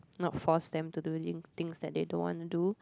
not force them to do thing things they don't wanna do